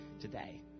today